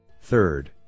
Third